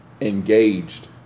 engaged